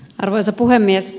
arvoisa puhemies